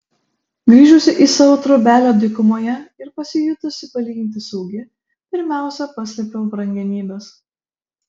grįžusi į savo trobelę dykumoje ir pasijutusi palyginti saugi pirmiausia paslėpiau brangenybes